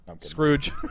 Scrooge